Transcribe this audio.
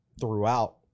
throughout